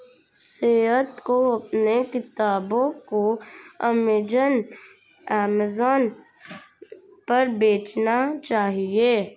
सैयद को अपने किताबों को अमेजन पर बेचना चाहिए